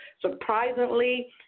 surprisingly